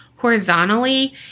horizontally